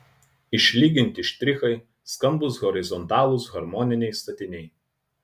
išlyginti štrichai skambūs horizontalūs harmoniniai statiniai